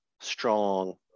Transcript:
strong